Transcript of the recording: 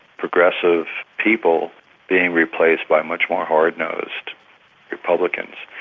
progressive, people being replaced by much more hard-nosed republicans.